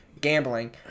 gambling